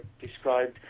described